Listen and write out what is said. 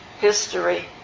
history